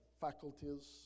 faculties